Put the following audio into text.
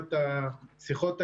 ברמת השיחות האישיות.